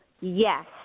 Yes